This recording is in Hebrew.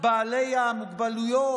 בעלי המוגבלויות,